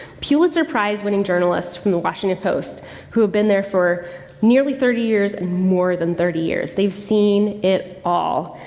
pulitzer prize winning journalists from the washington post who have been there for nearly thirty years and more than thirty years. they've seen it all.